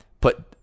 put